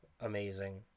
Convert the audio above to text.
amazing